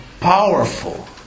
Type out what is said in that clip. powerful